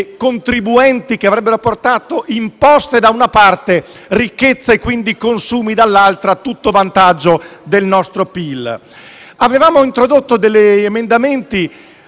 contribuenti che avrebbero portato imposte, da una parte, ricchezza e consumi, dall'altra, a tutto vantaggio del nostro PIL. Avevamo presentato emendamenti